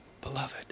beloved